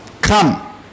come